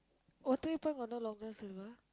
Waterway-Point got no Long-John-Silver